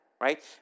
right